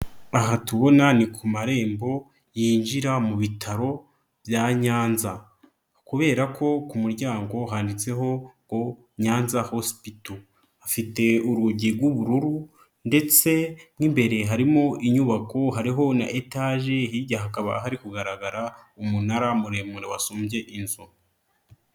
Aha tubona ni ku marembo yinjira mu bitaro bya Nyanza kubera ko ku muryango handitseho Nyanza hosipito afite urugi rw'ubururu ndetse n'imbere harimo inyubako hariho na etaje hirya hakaba hari kugaragara umunara muremure wasumbye inzu.